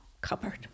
cupboard